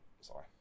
Sorry